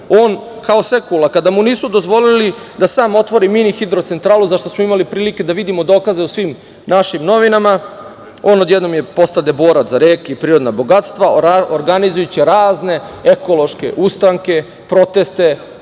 on kao Sekula, kada mu nisu dozvoli da sam otvori mini hidrocentralu, zašta smo imali prilike da vidimo dokaze u svim našim novinama, on odjednom postade borac za reke i prirodna bogatstva, organizujući razne ekološke ustanke, proteste